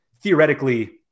theoretically